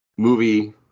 Movie